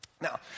Now